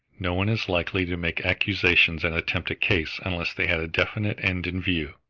no one is likely to make accusations and attempt a case unless they had a definite end in view.